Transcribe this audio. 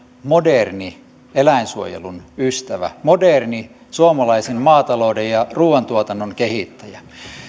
moderni eläinsuojelun ystävä moderni suomalaisen maatalouden ja ruuantuotannon kehittäjä